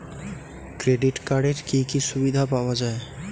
Credit কার্ডের কি কি সুবিধা পাওয়া যায়?